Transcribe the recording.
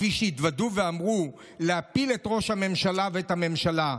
כפי שהתוודו ואמרו: להפיל את ראש הממשלה ואת הממשלה.